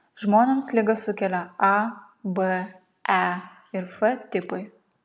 žmonėms ligą sukelia a b e ir f tipai